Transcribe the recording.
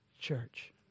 church